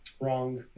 Wrong